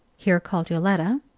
here called yoletta.